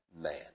man